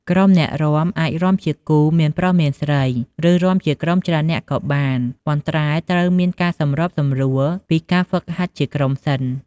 ក្រុមអ្នករាំអាចរាំជាគូមានប្រុស មានស្រី ឬ រាំជាក្រុមច្រើននាក់ក៏បាន ប៉ុន្តែត្រូវមានការសម្របសម្រួលពីការហ្វឹកហាត់ជាក្រុមសិន។